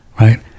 right